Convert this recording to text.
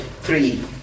three